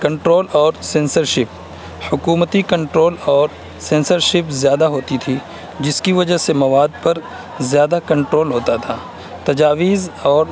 control اور censorship حکومتی control اور سینسرشپ زیادہ ہوتی تھی جس کی وجہ سے مواد پر زیادہ کنٹرول ہوتا تھا تجاویز اور